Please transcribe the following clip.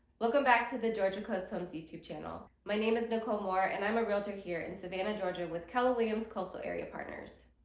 welcome back to the georgia coast homes youtube channel. my name is nicole moore and i'm a realtor here in savannah georgia with keller williams coastal area partners.